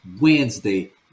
wednesday